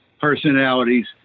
personalities